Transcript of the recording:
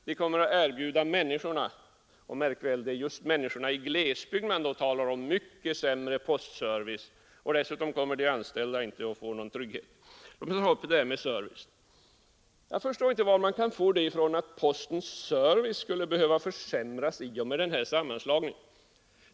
Människorna i glesbygd — märk väl att det är just dem man talar om — kommer att få mycket sämre postservice, och dessutom kommer de anställda inte att få någon trygghet. Låt mig ta upp det här med servicen! Jag förstår inte var man kan få det ifrån att postens service skulle behöva försämras i och med sammanslagningen.